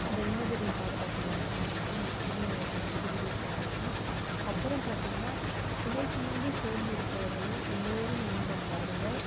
இந்த உன்னதரின் பாதுகாப்பில் வாழ்பவர் அந்த வசனம் எப்பவுமே நான் அடிக்கடி ரீட் பண்ணுற விஷியம் அப்புறம் பார்த்திங்கன்னா சுமை சுமந்து சோர்ந்திருப்பவர்களே எல்லோரும் என்னிடம் வாருங்கள்